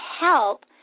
help